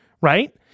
right